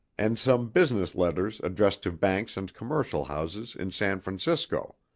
and some business letters addressed to banks and commercial houses in san francisco